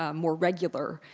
ah more regular,